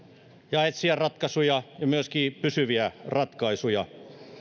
ja etsiä ratkaisuja ja myöskin pysyviä ratkaisuja